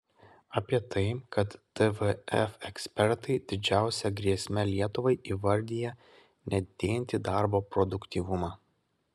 apie tai kad tvf ekspertai didžiausia grėsme lietuvai įvardija nedidėjantį darbo produktyvumą